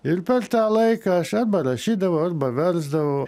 ir per tą laiką aš arba rašydavau arba versdavau